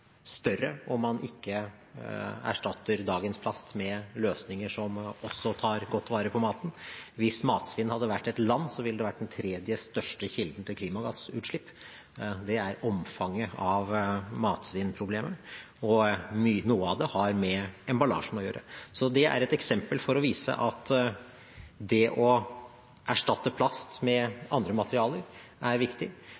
større om man ikke erstatter dagens plast med løsninger som også tar godt vare på maten. Hvis matsvinn hadde vært et land, ville det vært den tredje største kilden til klimagassutslipp. Det er omfanget av matsvinnproblemet, og noe av det har med emballasjen å gjøre. Så det er et eksempel for å vise at det å erstatte plast